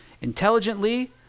intelligently